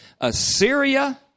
Assyria